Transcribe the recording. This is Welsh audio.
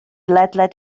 ledled